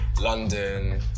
London